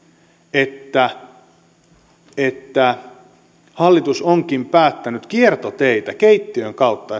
että että hallitus onkin päättänyt kiertoteitä keittiön kautta